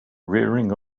rearing